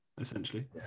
essentially